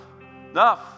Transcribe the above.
enough